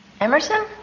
Emerson